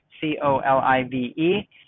C-O-L-I-V-E